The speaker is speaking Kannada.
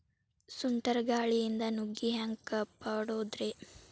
ಸುಂಟರ್ ಗಾಳಿಯಿಂದ ನುಗ್ಗಿ ಹ್ಯಾಂಗ ಕಾಪಡೊದ್ರೇ?